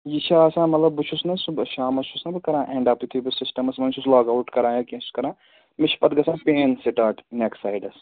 یہِ چھِ آسان مطلب بہٕ چھُس نا صُبَحس شامَس چھُس نا بہٕ کَران اینڈ اَپ یِتھُے بہٕ سِسٹَمَس منٛز چھُس لاگ آوُٹ کَران یا کیٚنٛہہ چھُس کَران مےٚ چھُ پَتہٕ گژھان پین سِٹاٹ نٮ۪ک سایڈَس